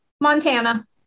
Montana